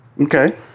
Okay